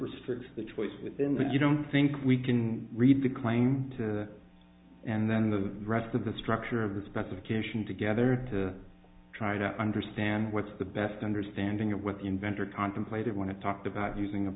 restricts the choice within that you don't think we can read the claim to and then the rest of the structure of the specification together to try to understand what's the best understanding of what the inventor contemplated when i talked about using